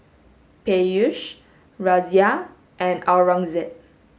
Peyush Razia and Aurangzeb